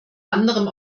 anderem